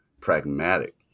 pragmatic